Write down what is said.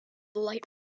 light